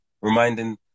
reminding